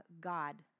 God